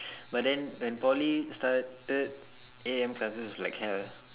but then when Poly started eight A_M classes was like hell